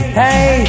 hey